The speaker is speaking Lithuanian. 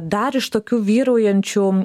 dar iš tokių vyraujančių